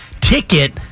ticket